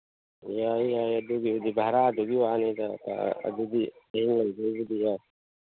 ꯌꯥꯏ ꯌꯥꯏ ꯑꯗꯨꯒꯤꯗꯤ ꯚꯔꯥꯗꯨꯒꯤ ꯋꯥꯅꯤꯗ ꯑꯗꯨꯗꯤ ꯅꯣꯏ ꯉꯝꯗꯣꯏꯕꯨꯗꯤ ꯌꯥꯏ